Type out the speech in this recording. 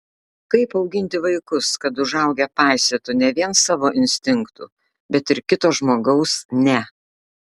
kaip auginti vaikus kad užaugę paisytų ne vien savo instinktų bet ir kito žmogaus ne